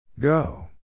Go